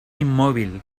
inmóvil